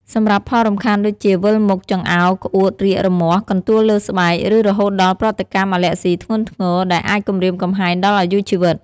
សម្រាប់ផលរំខាន់ដូចជា វិលមុខ ចង្អោរ ក្អួត រាគ រមាស់ កន្ទួលលើស្បែក ឬរហូតដល់ប្រតិកម្មអាលែហ្ស៊ីធ្ងន់ធ្ងរ ដែលអាចគំរាមកំហែងដល់អាយុជីវិត។